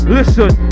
Listen